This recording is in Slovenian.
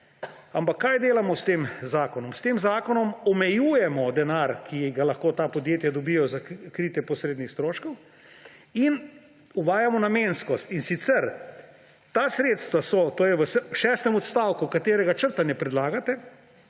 Ampak kaj delamo s tem zakonom? S tem zakonom omejujemo denar, ki ga lahko ta podjetja dobijo za kritje posrednih stroškov, in uvajamo namenskost. Ta sredstva so, to je v šestem odstavku, katerega črtanje predlagate,